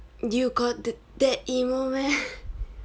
you got th~ that emo meh